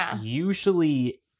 usually